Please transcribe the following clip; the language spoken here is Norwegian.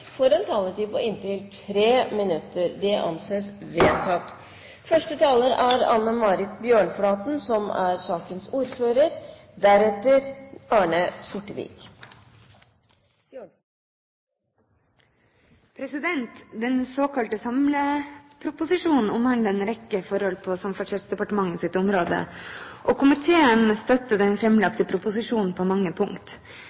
får en taletid på inntil 3 minutter. – Det anses vedtatt. Den såkalte samleproposisjonen omhandler en rekke forhold på Samferdselsdepartementets område. Komiteen støtter den